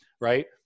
right